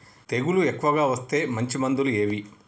తెగులు ఎక్కువగా వస్తే మంచి మందులు ఏవి?